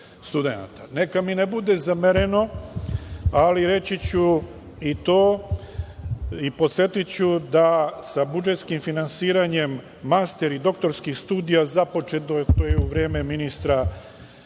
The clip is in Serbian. Nema mi ne bude zamereno, ali reći ću i to i podsetiću da je sa budžetskim finansiranjem master i doktorskih studija započeto za vreme ministra prof.